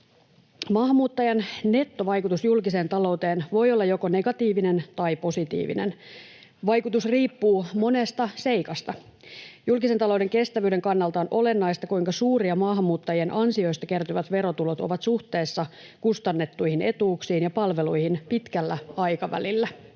Maahanmuuttajan nettovaikutus julkiseen talouteen voi olla joko negatiivinen tai positiivinen. Vaikutus riippuu monesta seikasta. Julkisen talouden kestävyyden kannalta on olennaista, kuinka suuria maahanmuuttajien ansioista kertyvät verotulot ovat suhteessa kustannettuihin etuuksiin ja palveluihin pitkällä aikavälillä.